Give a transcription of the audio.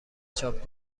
چاپ